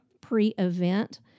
pre-event